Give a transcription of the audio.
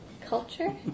Culture